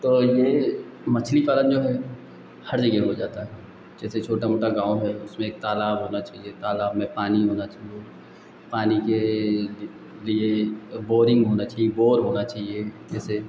तो यह मछली पालन जो है हर जगह हो जाता है जैसे छोटा मोटा गाँव है उसमें एक तालाब होना चाहिए तालाब में पानी होना चाहिए पानी के लिए अ बोरिंग होना चाहिए बोर होना चाहिए जैसे